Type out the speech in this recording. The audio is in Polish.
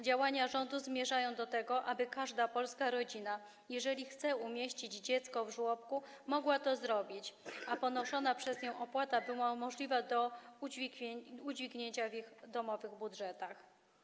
Działania rządu zmierzają do tego, aby każda Polska rodzina, jeżeli chce umieścić dziecko w żłobku, mogła to zrobić, a ponoszona przez nią opłata była możliwa do udźwignięcia przez ich domowe budżety.